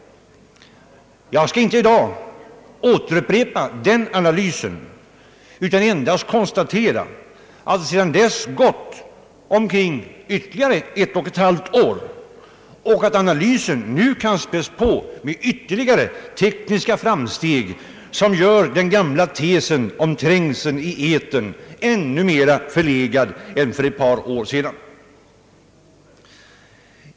Jag skall inte i dag upprepa den analysen utan endast konstatera att sedan dess gått omkring ytterligare ett och ett halvt år och att analysen nu kan spädas på med ytterligare tekniska framsteg som gör den gamla tesen om trängseln i etern ännu mera förlegad än för ett par år sedan.